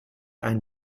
ein